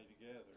together